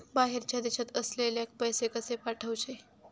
बाहेरच्या देशात असलेल्याक पैसे कसे पाठवचे?